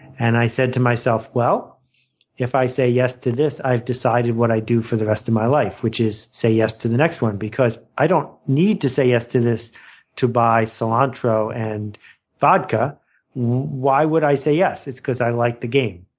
and i said to myself if i say yes to this, i've decided what i do for the rest of my life, which is say yes to the next one. because i don't need to say yes to this to buy cilantro and vodka why would i say yes? it's because i like the game.